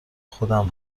خودم